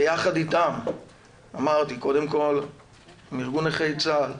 ויחד איתם, אמרתי, קודם כל עם ארגון נכי צה"ל,